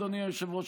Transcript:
אדוני היושב-ראש,